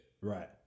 Right